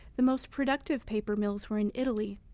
the most productive paper mills were in italy,